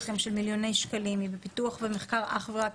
שמתנהלים בבני אדם,